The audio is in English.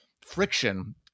friction